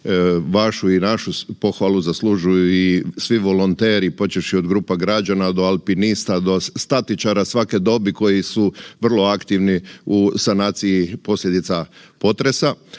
vašu i našu pohvalu zaslužuju i svi volonteri počevši od grupa građana do alpinista, do statičara svake dobi koji su vrlo aktivni u sanaciji posljedica potresa.